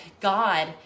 God